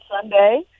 Sunday